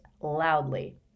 loudly